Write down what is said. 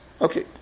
Okay